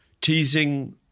teasing